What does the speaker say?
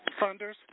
funders